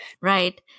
Right